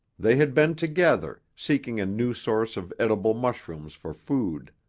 they had been together, seeking a new source of edible mushrooms for food.